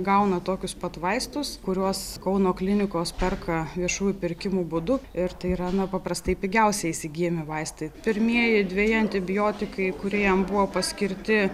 gauna tokius pat vaistus kuriuos kauno klinikos perka viešųjų pirkimų būdu ir tai yra na paprastai pigiausiai įsigyjami vaistai pirmieji dveji antibiotikai kurie jam buvo paskirti